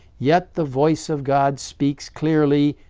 yet the voice of god speaks clearly,